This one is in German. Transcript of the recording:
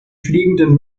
fliegenden